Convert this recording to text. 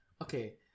Okay